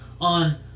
on